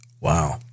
Wow